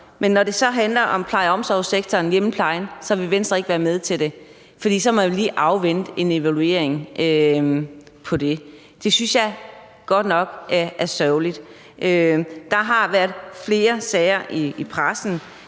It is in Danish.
Men når det så handler om pleje- og omsorgssektoren, hjemmeplejen, vil Venstre ikke være med til det, for så vil man lige afvente en evaluering af det. Det synes jeg godt nok er sørgeligt. Der har været flere sager i pressen,